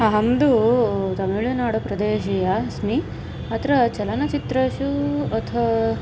अहं तु तमिल्नाडुप्रदेशीया अस्मि अत्र चलनचित्रेषु अथ